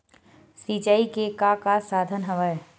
सिंचाई के का का साधन हवय?